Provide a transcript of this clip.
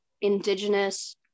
indigenous